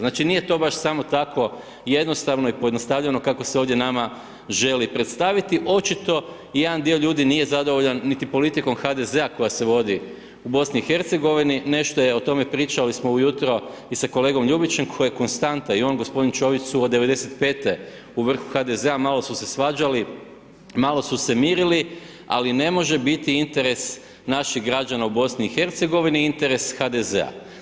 Znači nije to baš samo tako jednostavno i pojednostavljeno kako se ovdje nama želi predstaviti, očito jedan dio ljudi nije zadovoljan niti politikom HDZ-a koja se vodi u BiH-u, nešto je o tome, pričali smo ujutro i sa kolegom Ljubićem koji je konstanta i on i g. Čović su od '95. u vrhu HDZ-a, malo su se svađali, malo su se mirili, ali ne može biti interes napih građana u BiH-u, interes HDZ-a.